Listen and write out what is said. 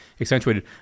accentuated